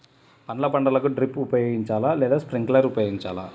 పండ్ల పంటలకు డ్రిప్ ఉపయోగించాలా లేదా స్ప్రింక్లర్ ఉపయోగించాలా?